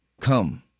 Come